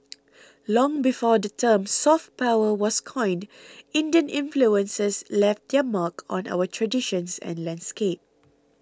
long before the term 'soft power' was coined Indian influences left their mark on our traditions and landscape